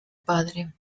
padre